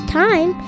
time